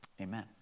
amen